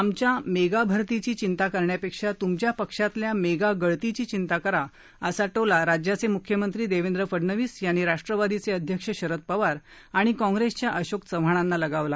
आमच्या मेगा भरतीची चिंता करण्यापेक्षा त्मच्या पक्षातील मेगा गळतीची चिंता करा असा टोला राज्याचे मुख्यमंत्री देवेंद्र फडनवीस यांनी राष्ट्रवादीचे अध्यक्ष शरद पवार आणि कॉग्रेसच्या अशोक चव्हाणांना लगावला